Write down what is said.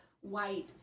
white